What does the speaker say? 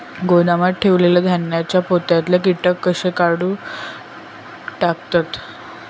गोदामात ठेयलेल्या धान्यांच्या पोत्यातले कीटक कशे काढून टाकतत?